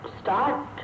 start